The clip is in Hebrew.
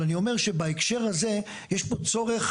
אבל אני אומר שבהקשר הזה יש פה צורך